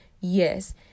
Yes